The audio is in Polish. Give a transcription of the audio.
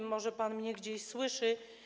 Może pan mnie gdzieś słyszy.